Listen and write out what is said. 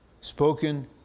spoken